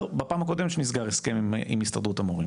בפעם הקודמת הסכם עם הסתדרות המורים.